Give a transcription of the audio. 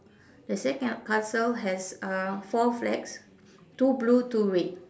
the sandcastle has uh four flags two blue two red